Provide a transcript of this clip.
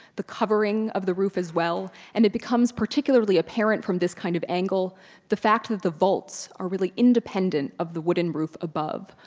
the covering of the roof as well, and it becomes particularly apparent from this kind of angle the fact that the vaults are really independent of the wooden roof above.